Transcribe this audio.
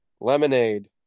lemonade